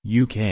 UK